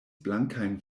blankajn